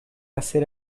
hacer